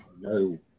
no